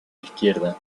izquierda